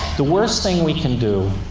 the worst thing we can do